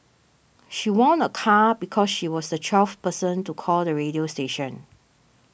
she won a car because she was the twelfth person to call the radio station